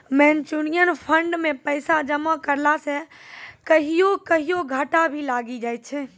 mutual fund मे पैसा जमा करला से कहियो कहियो घाटा भी लागी जाय छै